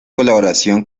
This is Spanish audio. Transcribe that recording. colaboración